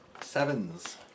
Sevens